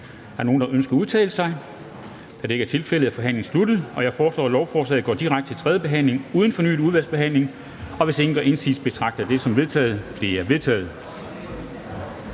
Er der nogen, der ønsker at udtale sig? Da det ikke er tilfældet, er forhandlingen sluttet. Jeg foreslår, at lovforslaget går direkte til tredje behandling uden fornyet udvalgsbehandling. Hvis ingen gør indsigelse, betragter jeg det som vedtaget. Det er vedtaget.